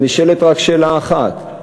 נשאלת רק שאלה אחת: